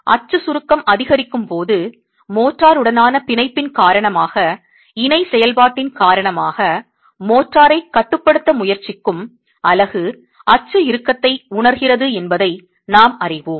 அச்சு சுருக்கம் அதிகரிக்கும் போது மோர்டார் உடனான பிணைப்பின் காரணமாக இணை செயல்பாட்டின் காரணமாக மோர்டாரை கட்டுப்படுத்த முயற்சிக்கும் அலகு அச்சு இறுக்கத்தை உணர்கிறது என்பதை நாம் அறிவோம்